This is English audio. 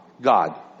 God